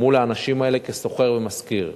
מול האנשים האלה כשוכר ומשכיר.